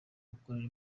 gukorera